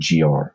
gr